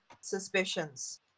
suspicions